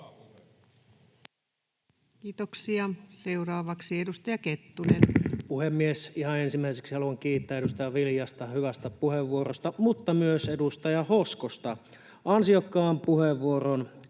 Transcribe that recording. Kiitoksia. — Seuraavaksi edustaja Kettunen.